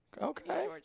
Okay